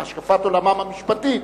להשקפת עולמם המשפטית,